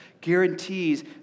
guarantees